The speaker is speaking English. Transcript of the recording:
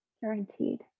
guaranteed